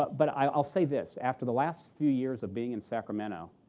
but i'll say this after the last few years of being in sacramento,